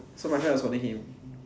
so my friend was holding him